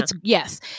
Yes